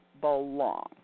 belong